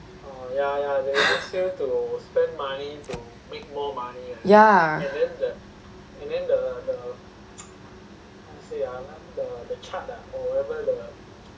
ya